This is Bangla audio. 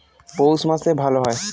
পৌষ মাসে ভালো হয়?